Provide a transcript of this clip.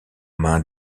mains